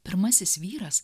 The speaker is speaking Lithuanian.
pirmasis vyras